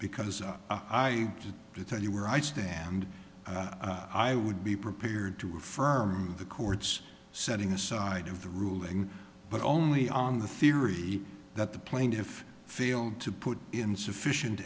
because i tell you where i stand i would be prepared to affirm the court's setting aside of the ruling but only on the theory that the plaintiff failed to put in sufficient